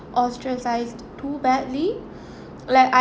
ostracised too badly like I